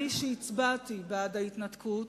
אני, שהצבעתי בעד ההתנתקות,